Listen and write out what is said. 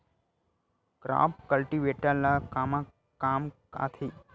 Crop cultivator ला कमा काम आथे?